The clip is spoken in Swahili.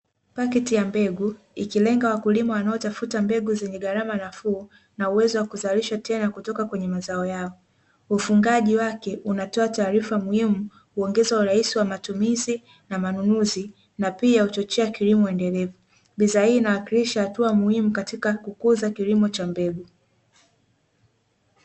Pakiti ya mbegu ikilenga wakulima wanaotafuta mbegu zenye gharama nafuu, na uwezo wa kuzalisha tela kutoka katika mazao yao, ufungaji wake unatoa taarifa muhimu, kuongeza urahisi wa matumizi na manunuzi na pia huchochea kilimo endelevu, bidhaa hii inawakilisha hatua muhimu katika kukuza kilimo cha mbegu.